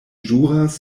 ĵuras